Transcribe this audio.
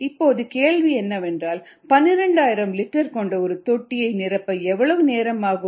இப்போது கேள்வி என்னவென்றால் 12000 லிட்டர் கொண்ட ஒரு தொட்டியை நிரப்ப எவ்வளவு நேரம் ஆகும்